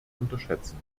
unterschätzen